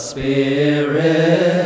Spirit